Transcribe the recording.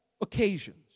occasions